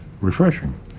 Refreshing